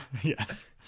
yes